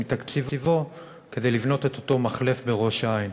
מתקציבו כדי לבנות את אותו מחלף בראש-העין.